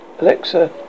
Alexa